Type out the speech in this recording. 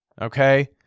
okay